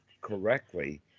correctly